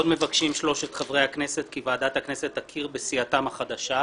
עוד מבקשים שלושת חברי הכנסת כי ועדת הכנסת תכיר בסיעתם החדשה,